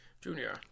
junior